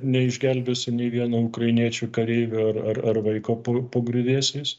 neišgelbėsi nei vieno ukrainiečių kareivio ar ar ar vaiko po po griuvėsiais